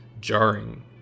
jarring